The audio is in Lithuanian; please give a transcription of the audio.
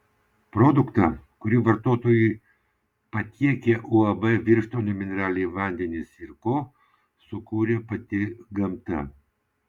produktą kurį vartotojui patiekia uab birštono mineraliniai vandenys ir ko sukūrė pati gamta